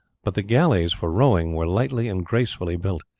but the galleys for rowing were lightly and gracefully built.